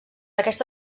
aquesta